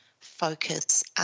focus